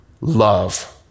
love